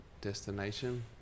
destination